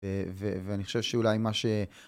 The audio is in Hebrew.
ואני חושב שאולי מה ש...